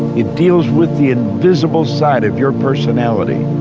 it deals with the invisible side of your personality.